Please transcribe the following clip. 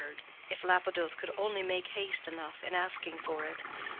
if lapidoth could only make haste enough in asking for it,